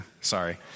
Sorry